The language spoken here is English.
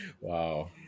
Wow